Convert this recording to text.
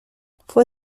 fue